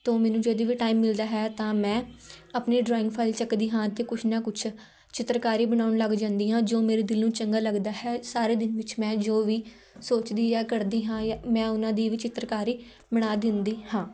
ਤੋਂ ਮੈਨੂੰ ਜਦੋਂ ਵੀ ਟਾਈਮ ਮਿਲਦਾ ਹੈ ਤਾਂ ਮੈਂ ਆਪਣੀ ਡਰਾਇੰਗ ਫਾਈਲ ਚੱਕਦੀ ਹਾਂ ਤਾਂ ਕੁਛ ਨਾ ਕੁਛ ਚਿੱਤਰਕਾਰੀ ਬਣਾਉਣ ਲੱਗ ਜਾਂਦੀ ਹਾਂ ਜੋ ਮੇਰੇ ਦਿਲ ਨੂੰ ਚੰਗਾ ਲੱਗਦਾ ਹੈ ਸਾਰੇ ਦਿਨ ਵਿੱਚ ਮੈਂ ਜੋ ਵੀ ਸੋਚਦੀ ਜਾਂ ਕਰਦੀ ਹਾਂ ਮੈਂ ਉਹਨਾਂ ਦੀ ਵੀ ਚਿੱਤਰਕਾਰੀ ਬਣਾ ਦਿੰਦੀ ਹਾਂ